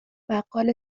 بقال